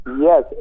Yes